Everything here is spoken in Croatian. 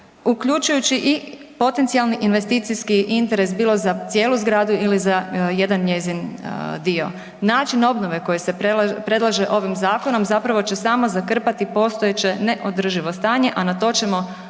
uključujući i potencijalni investicijski interes bilo za cijelu zgradu ili za jedan njezin dio. Način obnove koji se predlaže ovim zakonom zapravo će samo zakrpati postojeće neodrživo stanje a na to ćemo potrošiti